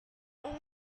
one